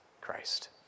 Christ